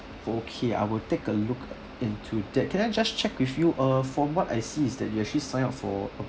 okay I will take a look into that can I just check with you uh from what I see is that you actually sign up for a